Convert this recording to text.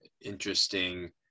interesting